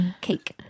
cake